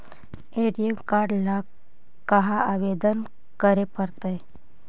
ATM card ल कहा आवेदन करे पड़तै?